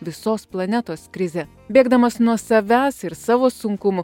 visos planetos krizė bėgdamas nuo savęs ir savo sunkumų